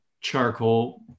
charcoal